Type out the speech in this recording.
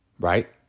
Right